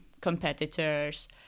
competitors